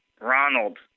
Ronald